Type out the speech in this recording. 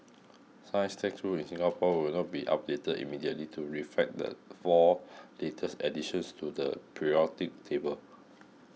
science textbooks in Singapore will not be updated immediately to reflect the four latest additions to the periodic table